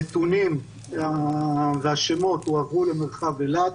הנתונים והשמות הועברו למרחב אילת.